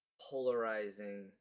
polarizing